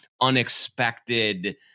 unexpected